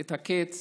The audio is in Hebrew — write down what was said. את הקץ